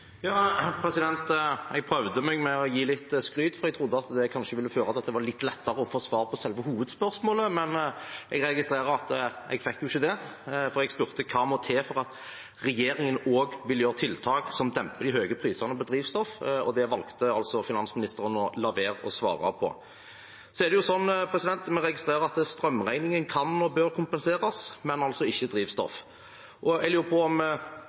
Jeg prøvde meg med å gi litt skryt, for jeg trodde det kanskje ville føre til at det var lettere å få svar på selve hovedspørsmålet, men jeg registrerer at jeg ikke fikk det. Jeg spurte hva som må til for at regjeringen også vil gjøre tiltak som demper de høye prisene på drivstoff, og det valgte finansministeren å la være å svare på. Vi registrerer at strømregningen kan – og bør – kompenseres, men altså ikke drivstoffregningen. Jeg lurer på om